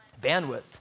Bandwidth